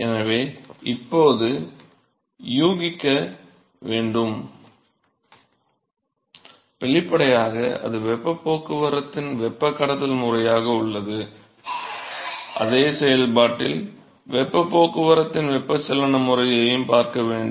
எனவே இப்போது யூகிக்க வேண்டும் வெளிப்படையாக அது வெப்பப் போக்குவரத்தின் வெப்பக் கடத்தல் முறையாக உள்ளது வெளிப்படையாக அதே செயல்பாட்டில் வெப்பப் போக்குவரத்தின் வெப்பச்சலன முறையையும் பார்க்க வேண்டும்